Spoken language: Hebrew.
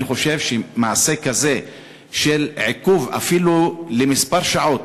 אני חושב שמעשה כזה של עיכוב, אפילו לכמה שעות,